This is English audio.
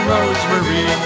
Rosemary